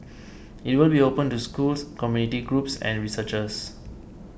it will be open to schools community groups and researchers